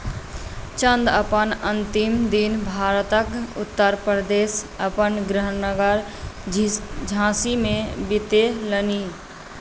चन्द अपन अन्तिम दिन भारतक उत्तर प्रदेशक अपन गृहनगर झाँसीमे बितेलनि